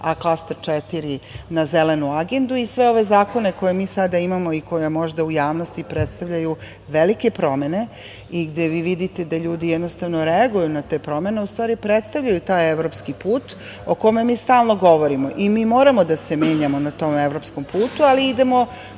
a klaster 4, na zelenu agendu. Sve ove zakone koje mi sada imamo i koje možda u javnosti predstavljaju velike promene, i gde vi vidite da ljudi jednostavno reaguju na te promene, ustvari predstavljaju taj evropski put, o kome mi stalno govorimo i mi moramo da se menjamo na tom evropskom putu, ali i idemo,